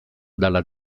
dalla